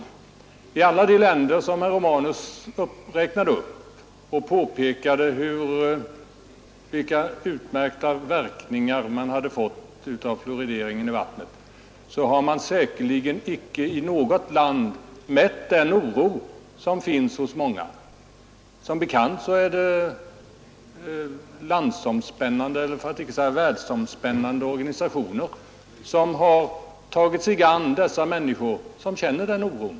Man har säkerligen inte i något av de länder som herr Romanus räknade upp när han påpekade, vilka utmärkta verkningar man hade fått av fluorideringen i vattnet, mätt den oro som finns hos många medborgare. Som bekant har landsomspännande för att inte säga världsomspännande organisationer åtagit sig uppgiften att tala för de människor som känner den oron.